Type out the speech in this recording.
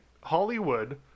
Hollywood